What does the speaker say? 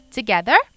Together